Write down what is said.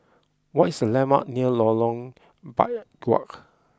what is the landmarks near Lorong Biawak